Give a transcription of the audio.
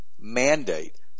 mandate